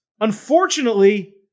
Unfortunately